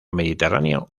mediterráneo